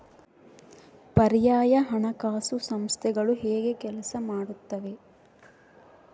ಪರ್ಯಾಯ ಹಣಕಾಸು ಸಂಸ್ಥೆಗಳು ಹೇಗೆ ಕೆಲಸ ಮಾಡುತ್ತವೆ?